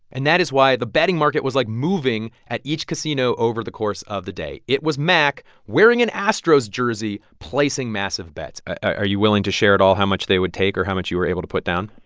and that is why the betting market was, like, moving at each casino over the course of the day. it was mack, wearing an astros jersey, placing massive bets are you willing to share at all how much they would take or how much you were able to put down?